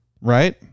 right